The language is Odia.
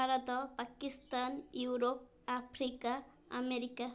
Bharat Pakistan Europe Africa America